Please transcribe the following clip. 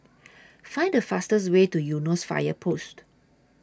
Find The fastest Way to Eunos Fire Post